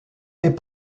est